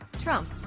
Trump